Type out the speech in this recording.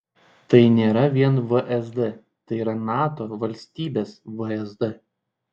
tai nėra vien vsd tai yra nato valstybės vsd